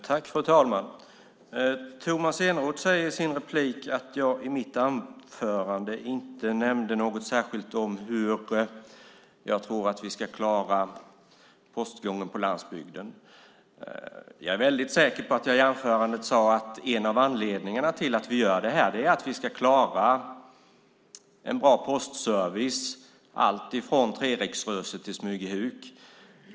Fru talman! Tomas Eneroth säger i sin replik att jag i mitt anförande inte nämnde något särskilt om hur jag tror att vi ska klara postgången på landsbygden. Jag är väldigt säker på att jag i anförandet sade att en av anledningarna till att vi gör det här är att vi ska klara en bra postservice alltifrån Treriksröset till Smygehuk.